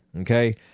Okay